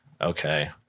okay